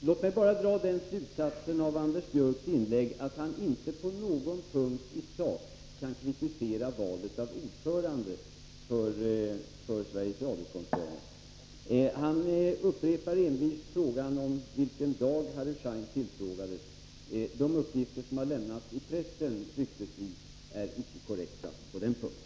Herr talman! Låt mig dra den slutsatsen av Anders Björcks inlägg att han inte på någon punkt i sak kan kritisera valet av ordförande för Sveriges Radio-koncernen. Anders Björck upprepar envist frågan om vilken dag Harry Schein tillfrågades. De uppgifter som ryktesvis har lämnats i pressen är inte korrekta på den punkten.